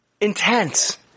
Intense